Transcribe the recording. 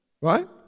Right